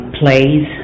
plays